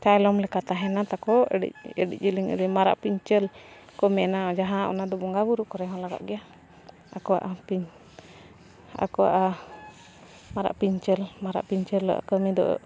ᱪᱟᱭᱞᱚᱢ ᱞᱮᱠᱟ ᱛᱟᱦᱮᱱᱟ ᱛᱟᱠᱚ ᱟᱹᱰᱤ ᱟᱹᱰᱤ ᱡᱮᱞᱮᱧ ᱟᱹᱰᱤ ᱢᱟᱨᱟᱜ ᱯᱤᱧᱪᱟᱹᱨ ᱠᱚ ᱢᱮᱱᱟ ᱡᱟᱦᱟᱸ ᱚᱱᱟ ᱫᱚ ᱵᱚᱸᱜᱟ ᱵᱩᱨᱩ ᱠᱚᱨᱮ ᱦᱚᱸ ᱞᱟᱜᱟᱜ ᱜᱮᱭᱟ ᱟᱠᱚᱣᱟᱜ ᱟᱠᱚᱣᱟᱜ ᱢᱟᱨᱟᱜ ᱯᱤᱱᱪᱟᱹᱨ ᱢᱟᱨᱟᱜ ᱯᱤᱧᱪᱟᱹᱨ ᱨᱮᱭᱟᱜ ᱠᱟᱹᱢᱤ ᱫᱚ